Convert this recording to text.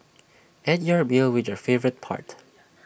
end your meal with your favourite part